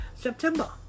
September